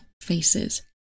faces